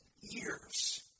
years